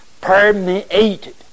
permeated